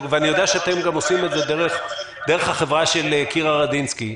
ואני יודע שאתם עושים את זה דרך החברה של קירה רדינסקי,